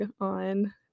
on